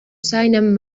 seinem